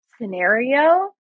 scenario